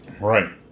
Right